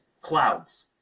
clouds